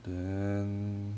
then